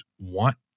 want